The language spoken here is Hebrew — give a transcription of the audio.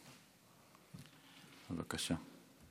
בבקשה.